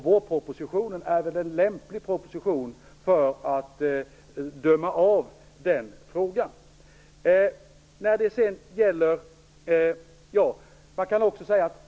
Vårpropositionen är väl en lämplig proposition när det gäller den frågan.